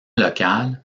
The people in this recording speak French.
local